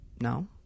No